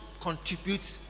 contribute